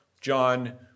John